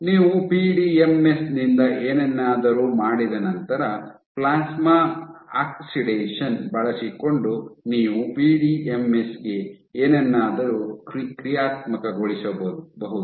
ನೀವು ಪಿಡಿಎಂಎಸ್ ನಿಂದ ಏನನ್ನಾದರೂ ಮಾಡಿದ ನಂತರ ಪ್ಲಾಸ್ಮಾ ಆಕ್ಸಿಡೇಷನ್ ಬಳಸಿಕೊಂಡು ನೀವು ಪಿಡಿಎಂಎಸ್ ಗೆ ಏನನ್ನಾದರೂ ಕ್ರಿಯಾತ್ಮಕಗೊಳಿಸಬಹುದು